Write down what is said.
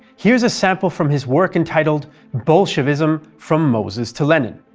here's a sample from his work entitled bolshevism from moses to lenin,